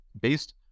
based